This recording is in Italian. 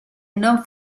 non